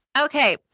Okay